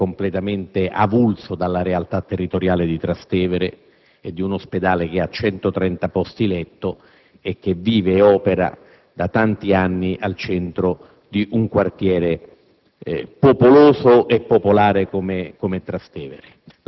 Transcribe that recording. il programmino che le hanno dato da leggere è completamento avulso dalla realtà territoriale di Trastevere e di un ospedale che ha 130 posti letto e che vive e opera da tanti anni al centro di un quartiere popoloso